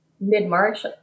mid-March